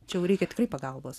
čiau jaureikia tikrai pagalbos